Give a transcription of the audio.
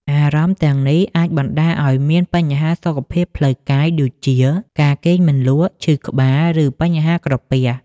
អារម្មណ៍ទាំងនេះអាចបណ្ដាលឲ្យមានបញ្ហាសុខភាពផ្លូវកាយដូចជា ការគេងមិនលក់ ឈឺក្បាល ឬបញ្ហាក្រពះ។